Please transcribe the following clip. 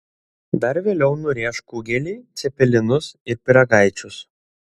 dar vėliau nurėš kugelį cepelinus ir pyragaičius